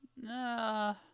No